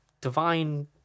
divine